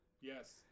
Yes